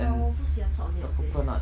but 我不喜欢吃 ondeh ondeh